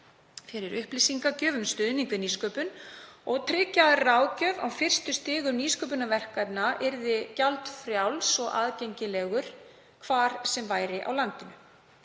fyrir upplýsingagjöf um stuðning við nýsköpun og tryggja að ráðgjöf á fyrstu stigum nýsköpunarverkefna yrði gjaldfrjáls og aðgengileg hvar sem væri á landinu.